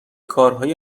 کارهای